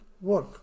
work